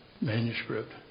Manuscript